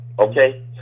Okay